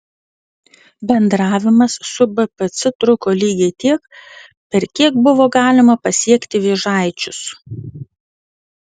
bendravimas su bpc truko lygiai tiek per kiek buvo galima pasiekti vėžaičius